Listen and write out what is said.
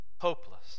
hopeless